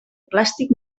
plàstic